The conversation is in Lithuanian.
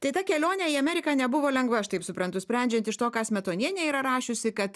tai ta kelionė į ameriką nebuvo lengva aš taip suprantu sprendžiant iš to ką smetonienė yra rašiusi kad